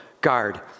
guard